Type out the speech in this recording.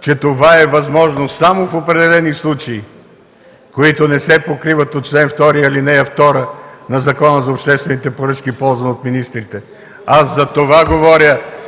че това е възможно само в определени случаи, които не се покриват от чл. 2, ал. 2 от Закона за обществените поръчки, ползван от министрите. Аз затова говоря